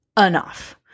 enough